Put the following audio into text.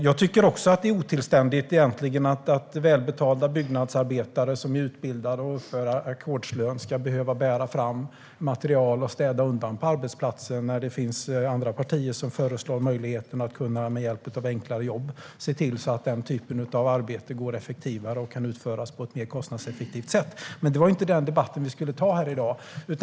Jag tycker egentligen att det är otillständigt att välbetalda och utbildade byggnadsarbetare med ackordslön ska behöva bära fram material och städa undan på arbetsplatsen när det finns andra partier som föreslår möjligheten att med hjälp av enklare jobb se till att den typen av arbete går effektivare och kan utföras på ett mer kostnadseffektivt sätt. Men det var inte den debatten vi skulle ta här i dag.